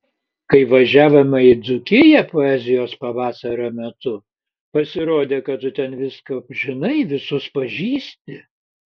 kai važiavome į dzūkiją poezijos pavasario metu pasirodė kad tu ten viską žinai visus pažįsti